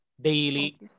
daily